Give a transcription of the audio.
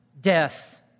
death